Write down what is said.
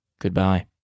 Goodbye